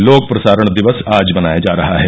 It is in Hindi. लोक प्रसारण दिवस आज मनाया जा रहा है